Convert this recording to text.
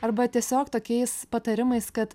arba tiesiog tokiais patarimais kad